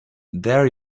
there